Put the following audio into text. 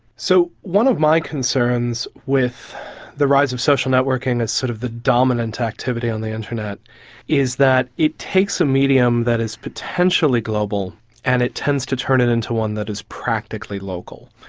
so one of my concerns with the rise of social networking as sort of the dominant activity on the internet is that it takes a medium that is potentially global and it tends to turn it into one that is practically local.